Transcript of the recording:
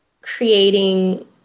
creating